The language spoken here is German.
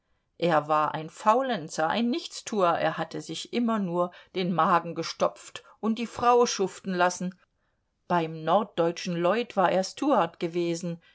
er war ein faulenzer ein nichtstuer er hatte sich immer nur den magen gestopft und die frau schuften lassen beim norddeutschen lloyd war er steward gewesen